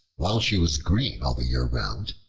while she was green all the year round,